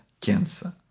cancer